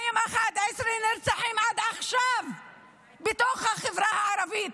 211 נרצחים עד עכשיו בתוך החברה הערבית,